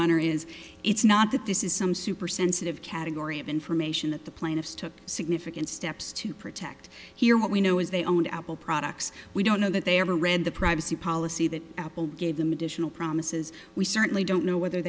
honor is it's not that this is some super sensitive category of information that the plaintiffs took significant steps to protect here we know as they own apple products we don't know that they ever read the privacy policy that apple gave them additional promises we certainly don't know whether